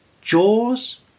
Jaws